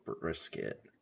brisket